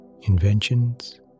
inventions